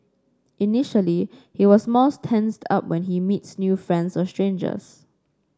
initially it was more tensed up when he meets new friends or strangers